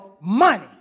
money